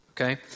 okay